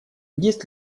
есть